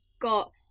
got